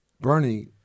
Bernie